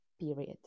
period